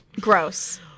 Gross